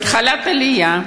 בתחילת העלייה,